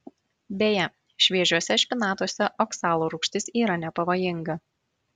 beje šviežiuose špinatuose oksalo rūgštis yra nepavojinga